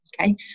okay